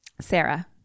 Sarah